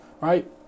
right